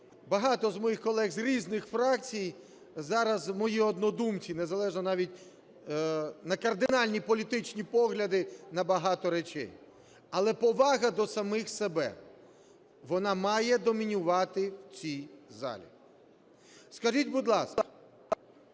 багато моїх колег з різних фракцій зараз мої однодумці, незалежно навіть на кардинальні політичні погляди на багато речей. Але повага до самих себе вона має домінувати в цій залі. Скажіть, будь ласка,